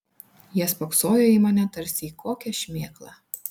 jie spoksojo į mane tarsi į kokią šmėklą